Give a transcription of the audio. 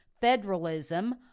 federalism